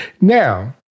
Now